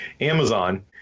Amazon